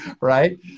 Right